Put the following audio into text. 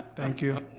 ah thank you.